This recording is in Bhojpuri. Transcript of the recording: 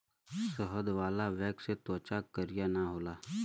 शहद वाला वैक्स से त्वचा करिया ना होला